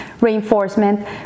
reinforcement